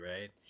right